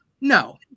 no